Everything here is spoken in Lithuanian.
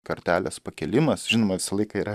kartelės pakėlimas žinoma visą laiką yra